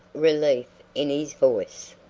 relief in his voice.